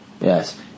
Yes